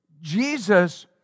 Jesus